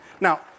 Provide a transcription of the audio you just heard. Now